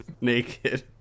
naked